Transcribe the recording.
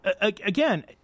again